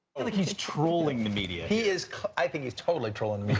he's trolling the media. he is i think he's totally trolling